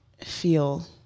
feel